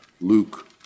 Luke